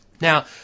Now